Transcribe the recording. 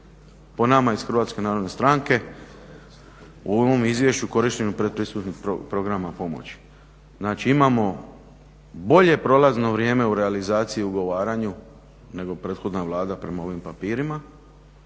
po nama iz HNS-a u ovom izvješću korištenja predpristupnih programa pomoći. Znači imamo bolje prolazno vrijeme u realizaciji i ugovaranju nego prethodna vlada prema ovim papirima,